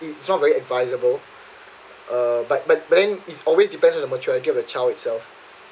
it's not very advisable uh but but and it's always depends on the maturity of a child itself